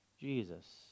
Jesus